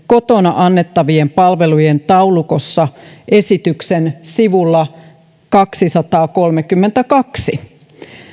kotona annettavien palvelujen taulukossa hallituksen esityksen sivulla kaksisataakolmekymmentäkaksi